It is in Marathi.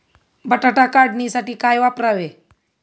बटाटा काढणीसाठी काय वापरावे?